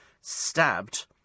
stabbed